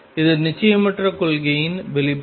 இது நிச்சயமற்ற கொள்கையின் வெளிப்பாடு